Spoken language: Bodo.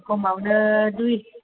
खमावनो दुइ